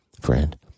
friend